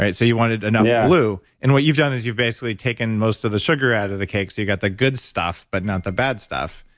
so you wanted enough blue, and what you've done is you've basically taken most of the sugar out of the cake so you got the good stuff, but not the bad stuff.